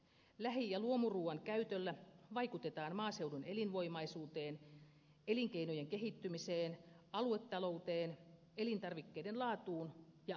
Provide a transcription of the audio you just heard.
lähi ja luomuruuan käytöllä vaikutetaan maaseudun elinvoimaisuuteen elinkeinojen kehittymiseen aluetalouteen elintarvikkeiden laatuun ja asiakastyytyväisyyteen